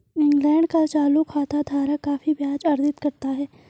England का चालू खाता धारक काफी ब्याज अर्जित करता है